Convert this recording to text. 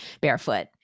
barefoot